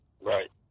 Right